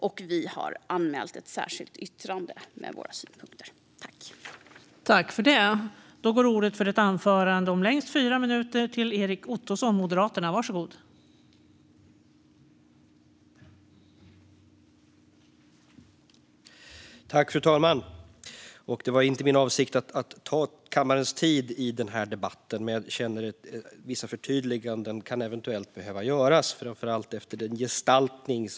Vi har också lämnat ett särskilt yttrande med våra synpunkter.